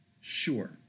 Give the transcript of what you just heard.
sure